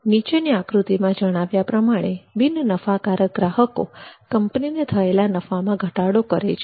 નીચેની આકૃતિમાં જણાવ્યા પ્રમાણે બિન નફાકારક ગ્રાહકો કંપનીને થયેલા નફામાં ઘટાડો કરે છે